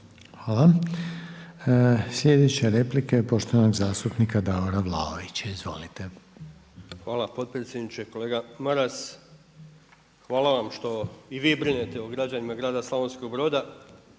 Hvala. Sljedeća replika je poštovanog zastupnika Davora Vlaovića, izvolite. **Vlaović, Davor (HSS)** Hvala potpredsjedniče. Kolega Maras, hvala vam što i vi brinete o građanima grada Slavonskog Broda